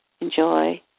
enjoy